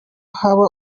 haba